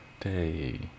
day